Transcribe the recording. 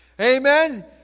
Amen